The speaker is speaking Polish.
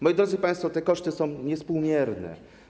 Moi drodzy państwo, te koszty są niewspółmierne.